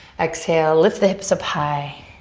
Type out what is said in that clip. exhale, lift the hips up high.